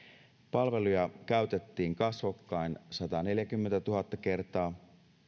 palveluja käytettiin kasvokkain sataneljäkymmentätuhatta kertaa